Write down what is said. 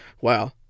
Wow